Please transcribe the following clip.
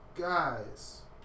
guys